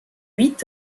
huit